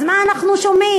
אז מה אנחנו שומעים,